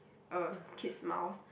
a kid's mouth